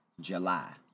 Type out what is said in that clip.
July